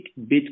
Bitcoin